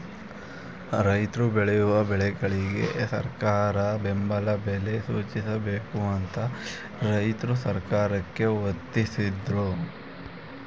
ರೈತ್ರು ಬೆಳೆಯುವ ಬೆಳೆಗಳಿಗೆ ಸರಕಾರ ಬೆಂಬಲ ಬೆಲೆ ಸೂಚಿಸಬೇಕು ಅಂತ ರೈತ್ರು ಸರ್ಕಾರಕ್ಕೆ ಒತ್ತಾಸಿದ್ರು